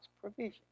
provision